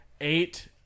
eight